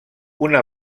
una